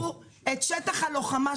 -- ראו את שטח הלוחמה,